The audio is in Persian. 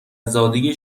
زاده